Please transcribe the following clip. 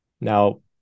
now